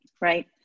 right